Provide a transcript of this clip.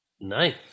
Nice